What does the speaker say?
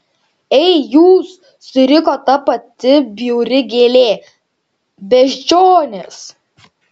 ei jūs suriko ta pati bjauri gėlė beždžionės